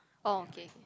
okay